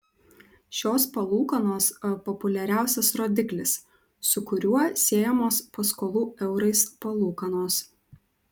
šios palūkanos populiariausias rodiklis su kuriuo siejamos paskolų eurais palūkanos